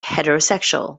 heterosexual